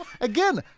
Again